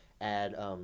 add